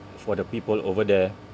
for the people over there